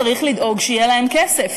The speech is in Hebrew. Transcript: צריך לדאוג שיהיה להן כסף.